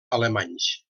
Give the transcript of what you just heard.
alemanys